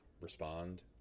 respond